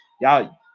Y'all